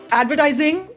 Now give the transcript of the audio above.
advertising